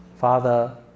Father